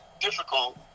difficult